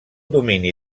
domini